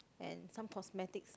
and some cosmetics